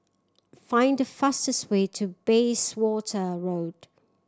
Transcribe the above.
find the fastest way to Bayswater Road